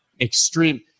extreme